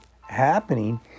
happening